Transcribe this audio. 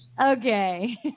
Okay